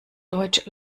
deutsch